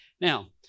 Now